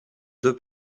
deux